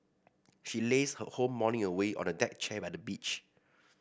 she lazed her whole morning away on the deck chair by the beach